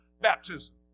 baptism